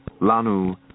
Lanu